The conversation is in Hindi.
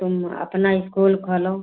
तुम अपना स्कूल खोलो